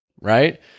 right